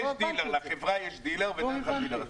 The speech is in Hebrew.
לחברה יש דילר, ודרך הדילר.